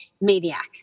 maniac